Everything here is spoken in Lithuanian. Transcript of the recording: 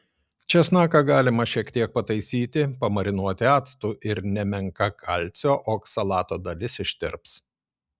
česnaką galima šiek tiek pataisyti pamarinuoti actu ir nemenka kalcio oksalato dalis ištirps